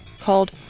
called